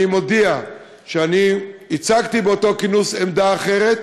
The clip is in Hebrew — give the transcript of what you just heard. אני מודיע שאני הצגתי באותו כינוס עמדה אחרת,